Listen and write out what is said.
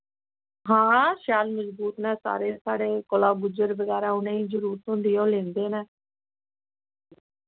हां शैल मजबूत न सारे साढ़े कोला गुज्जर बगैरा उ'नें जरूरत होंदी ओह् लैंदे न